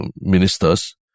ministers